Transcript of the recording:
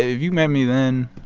you met me then,